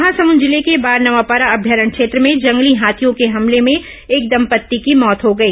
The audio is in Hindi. महामसुद जिले के बारनवापारा अभ्यारण्य क्षेत्र में जंगली हाथियों के हमले में एक दंपत्ति की मौत हो गई